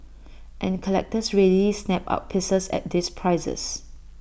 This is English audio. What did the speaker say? and collectors readily snap up pieces at these prices